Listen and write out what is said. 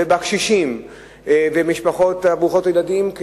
בקשישים ובמשפחות ברוכות הילדים,